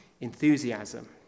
enthusiasm